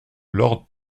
lord